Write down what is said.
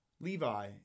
Levi